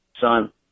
son